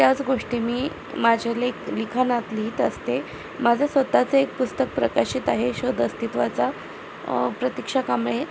त्याच गोष्टी मी माझ्या लेख लिखाणात लिहीत असते माझं स्वतःचं एक पुस्तक प्रकाशित आहे शोध अस्तित्वाचा प्रतिक्षा कांबळे